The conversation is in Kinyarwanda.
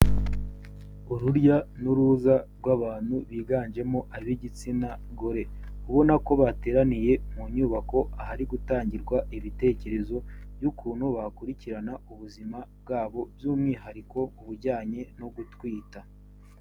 Urujya n'uruza rw'abantu biganjemo ab'igitsina gore, ubona ko bateraniye mu nyubako ahari gutangirwa ibitekerezo by'ukuntu bakurikirana ubuzima bwabo by'umwihariko ku bijyanye no gutwita.